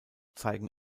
zeigen